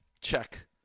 check